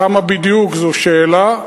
כמה בדיוק, זו שאלה,